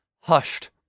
Hushed